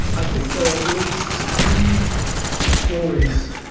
i think there are at least three stories,